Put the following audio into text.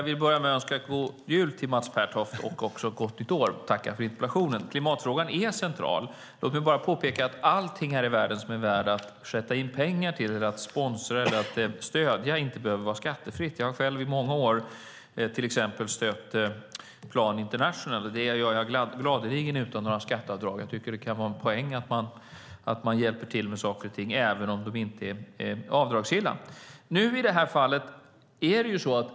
Herr talman! Först vill jag tacka Mats Pertoft för interpellationen och önska god jul och gott nytt år. Klimatfrågan är central. Låt mig bara påpeka att allt här i världen som är värt att sätta in pengar till, sponsra eller stödja inte behöver vara skattefritt. Jag har själv i många år stött Plan International, och det gör jag gladeligen utan några skatteavdrag. Det kan vara en poäng att hjälpa till med saker och ting även om de inte är avdragsgilla.